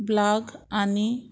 block आनी